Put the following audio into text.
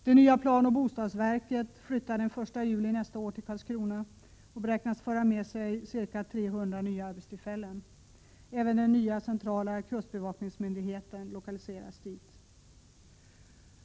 Det nya planoch bostadsverket flyttar den 1 juli nästa år till Karlskrona och beräknas föra med sig ca 300 nya arbetstillfällen. Även den nya centrala kustbevakningsmyndigheten lokaliseras dit.